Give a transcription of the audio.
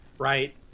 right